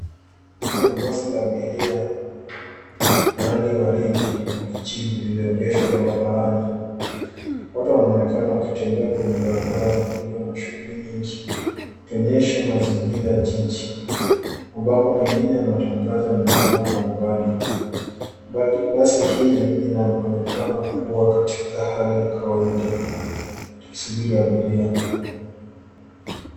Kuna basi la abiria ya rangi waridi na kijivu lililoegeshwa barabarani. Watu wanaonekana wakitembea kwenye barabara iliyo na shughuli nyingi, ikionyesha mazingira ya jiji. Mabango mengine ya matangazo yanaonekana kwa umbali. Basi hili linaonekana kuwa katika hali ya kawaida yakisubiri abiria.